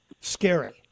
Scary